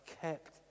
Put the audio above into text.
kept